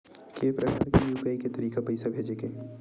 के प्रकार के यू.पी.आई के तरीका हे पईसा भेजे के?